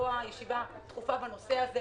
ולקבוע ישיבה דחופה בנושא הזה